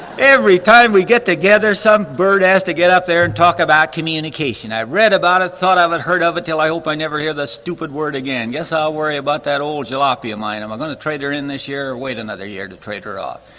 every time we get together some bird has to get up there and talk about communication. i read about it, thought of it, heard of until i hope i never hear the stupid word again. yes i'll worry about that old jalopy of mine. am i gonna trade her in this year or wait another year to trade her off?